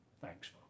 Thanks